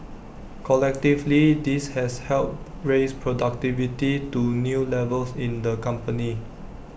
collectively this has helped raise productivity to new levels in the company